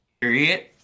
period